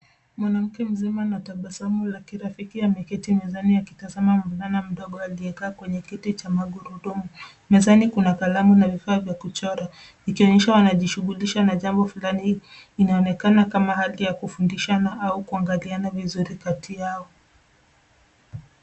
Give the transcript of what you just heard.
Mwanamke mzima na tabasamu la kirafiki ameketi mezani akitazama mvulana mdogo aliyekaa kwenye kiti cha magurudumu. Mezani kuna kalamu na vifaa vya kuchora ikionyesha wanajishughukisha na jambo fulani inayoonekana kama hali ya kufundishana au kuangaliana vizuri kati yao.